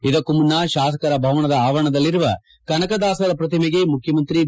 ಇದಕ್ಕೂ ಮುನ್ನ ಶಾಸಕರ ಭವನದ ಆವರಣದಲ್ಲಿರುವ ಕನಕದಾಸರ ಪ್ರತಿಮೆಗೆ ಮುಖ್ಯಮಂತ್ರಿ ಬಿ